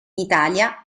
italia